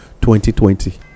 2020